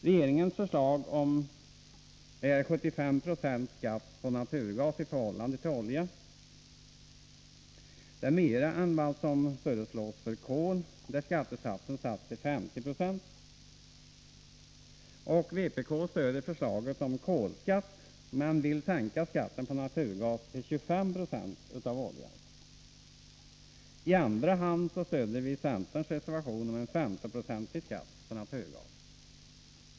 Regeringens förslag är 75 20 skatt på naturgas i förhållande till olja. Det är mer än vad som föreslås för kol, där skattesatsen är 50 20. Vpk stöder förslaget om kolskatt, men vill sänka skatten på naturgas till 25 26 av oljeskatten. I andra hand stöder vpk centerns reservation om en 50-procentig skatt på naturgas.